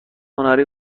هنری